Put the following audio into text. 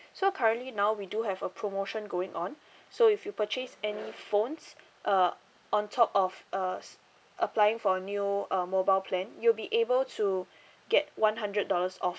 so currently now we do have a promotion going on so if you purchase any phones uh on top of uh applying for new uh mobile plan you'll be able to get one hundred dollars off